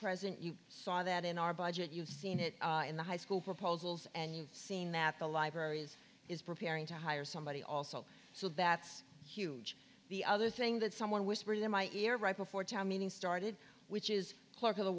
present you saw that in our budget you've seen it in the high school proposals and you've seen that the libraries is preparing to hire somebody also so that's huge the other thing that someone whispered in my ear right before town meetings started which is look at the